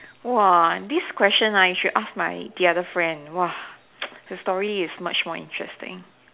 !wah! this question ah you should ask my the other friend !wah! the story is much more interesting